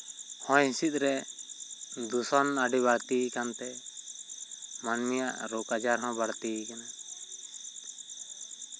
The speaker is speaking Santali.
ᱦᱚᱭ ᱦᱤᱸᱥᱤᱫ ᱨᱮ ᱫᱩᱥᱚᱱ ᱟᱹᱰᱤ ᱵᱟᱲᱛᱤᱭ ᱠᱟᱱᱛᱮ ᱢᱟᱱᱢᱤᱭᱟᱜ ᱨᱳᱠ ᱟᱡᱟᱨ ᱦᱚᱸ ᱵᱟᱲᱛᱤᱭᱟᱠᱟᱱᱟ